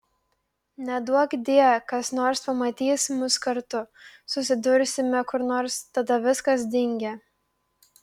neduokdie kas nors pamatys mus kartu susidursime kur nors tada viskas dingę